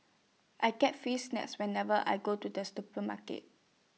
I get free snacks whenever I go to the supermarket